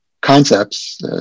concepts